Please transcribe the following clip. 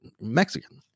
mexican